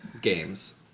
games